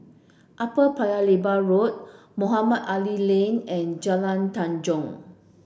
Upper Paya Lebar Road Mohamed Ali Lane and Jalan Tanjong